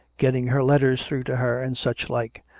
getting her letters through to her, and such like.